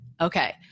Okay